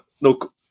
look